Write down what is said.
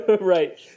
Right